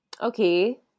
Okay